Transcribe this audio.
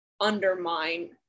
undermine